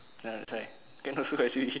ya that's right can also as usually